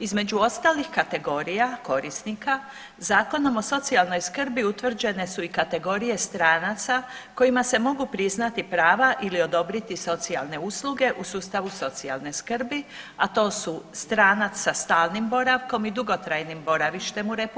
Između ostalih kategorija korisnika Zakonom o socijalnoj skrbi utvrđene su i kategorije stranaca kojima se mogu priznati prava ili odobriti socijalne usluge u sustavu socijalne skrbi, a to su stranac sa stalnim boravkom i dugotrajnim boravištem u RH,